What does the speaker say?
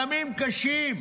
ימים קשים,